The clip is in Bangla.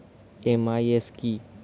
এম.আই.এস কি?